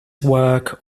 work